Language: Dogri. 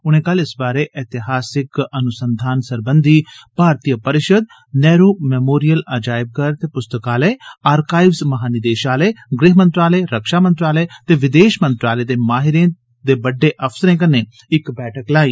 उनें कल इस बारै एतिहासिक अनुसंघान सरबंधी भारतीय परिषद नेहरु मेमोरियल अजायबघर ते पुस्तकालय आरकाइव्ज़ महानिदेशालय गृह मंत्रालय रक्षा मंत्रालय ते विदेश मंत्रालय दे माहिरें ते बड्डे अफसरें कन्ने इक बैठक लाई